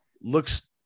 looks